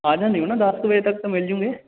ਆ ਜਾਂਦੇ ਹੋ ਨਾ ਦਸ ਕੁ ਵਜੇ ਤੱਕ ਤਾਂ ਮਿਲਜੂੰਗੇ